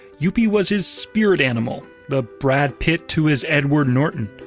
youppi! was his spirit animal. the brad pitt to his edward norton.